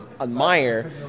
admire